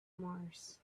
mars